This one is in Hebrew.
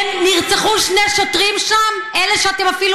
נרצחו שני שוטרים שם אלה שאתם אפילו